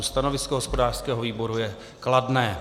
Stanovisko hospodářského výboru je kladné.